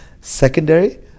secondary